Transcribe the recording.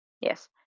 Yes